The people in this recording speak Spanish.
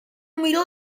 miró